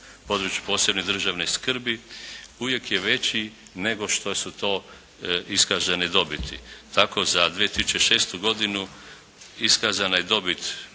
području posebne državne skrbi uvijek je veći nego što su to iskazane dobiti. Tako za 2006. godinu iskazana je dobit